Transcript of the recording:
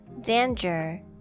danger